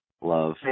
love